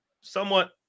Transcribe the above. somewhat –